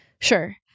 sure